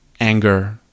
anger